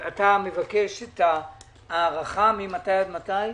אתה מבקש את ההארכה ממתי עד מתי?